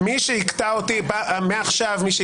מי שיקטע אותי בדבריי,